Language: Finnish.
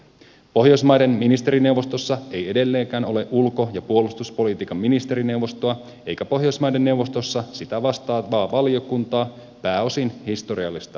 pohjoismaiden ministerineuvostossa ei edelleenkään ole ulko ja puolustuspolitiikan ministerineuvostoa eikä pohjoismaiden neuvostossa sitä vastaavaa valiokuntaa pääosin historiallisista syistä